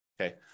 Okay